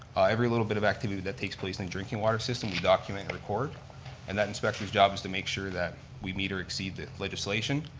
every little bit of activity that takes place in the drinking water system we document and record and that inspection's job is to make sure that we meet or exceed the legislation.